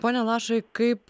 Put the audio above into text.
pone lašai kaip